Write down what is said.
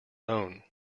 own